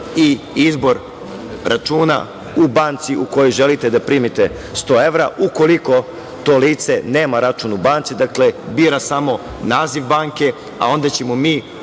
i izbor računa u banci u kojoj želite da primite 100 evra. Ukoliko to lice nema račun u banci, dakle, bira samo naziv banke, a onda ćemo mi